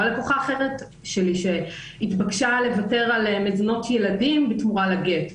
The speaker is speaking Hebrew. או לקוחה אחרת שלי שהתבקשה לוותר על מזנות ילדים בתמורה לגט,